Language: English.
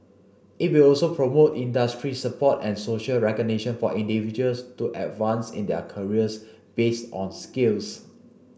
it will also promote industry support and social recognition for individuals to advance in their careers based on skills